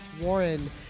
Warren